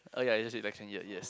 oh ya is just election yes yes